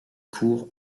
court